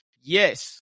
Yes